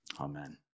Amen